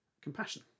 compassion